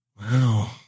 Wow